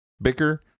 bicker